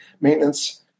maintenance